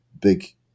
big